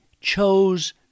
chose